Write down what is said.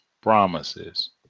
promises